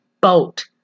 boat